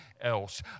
else